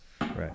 Right